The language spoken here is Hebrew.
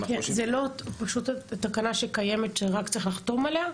זה תקנה שקיימת שרק צריך לחתום עליה?